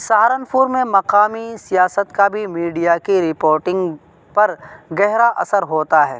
سہارنپور میں مقامی سیاست کا بھی میڈیا کی رپوٹنگ پر گہرا اثر ہوتا ہے